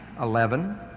eleven